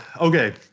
Okay